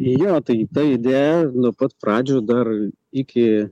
jo tai ta idėja nuo pat pradžių dar iki